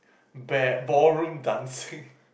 ba~ ballroom dancing